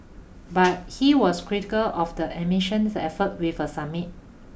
but he was critical of the admission's effort with a summit